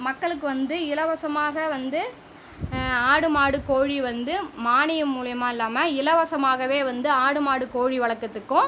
மக்களுக்கு வந்து இலவசமாக வந்து ஆடு மாடு கோழி வந்து மானியம் மூலியமாக இல்லாமல் இலவசமாகவே வந்து ஆடு மாடு கோழி வளர்க்கறதுக்கும்